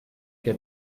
que